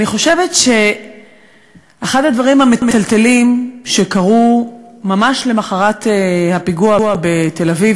אני חושבת שאחד הדברים המטלטלים שקרו ממש למחרת הפיגוע בתל-אביב,